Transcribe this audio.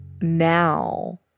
now